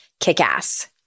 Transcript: kickass